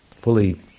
fully